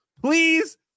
please